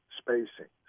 spacing